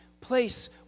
place